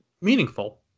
meaningful